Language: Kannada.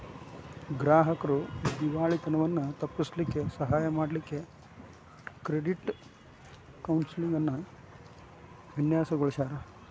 ಗ್ರಾಹಕ್ರ್ ದಿವಾಳಿತನವನ್ನ ತಪ್ಪಿಸ್ಲಿಕ್ಕೆ ಸಹಾಯ ಮಾಡ್ಲಿಕ್ಕೆ ಕ್ರೆಡಿಟ್ ಕೌನ್ಸೆಲಿಂಗ್ ಅನ್ನ ವಿನ್ಯಾಸಗೊಳಿಸ್ಯಾರ್